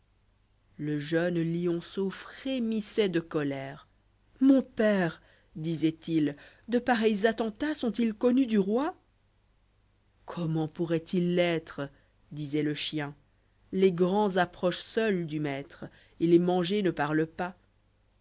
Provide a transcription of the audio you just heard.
le jeune lionceau frémissoit de colère mon père disoit-il de pareils attentats sorrt ils connus du roi comment pourrolènt us l'être disoit le chien les grands approchent seuls du maître f et les'mangés ne parlent pas